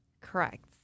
Correct